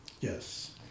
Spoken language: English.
Yes